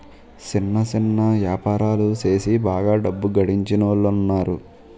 సిన్న సిన్న యాపారాలు సేసి బాగా డబ్బు గడించినోలున్నారు